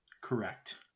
correct